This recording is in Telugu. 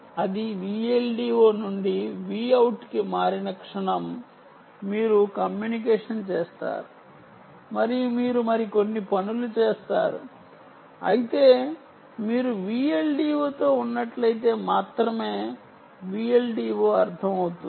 అది V LDO నుండి Vout కి మారిన క్షణం మీరు కమ్యూనికేషన్ చేస్తారు మరియు మీరు మరికొన్ని పనులు చేస్తారు అయితే మీరు VLDO తో ఉన్నట్లయితే మాత్రమే VLDO అర్ధమవుతుంది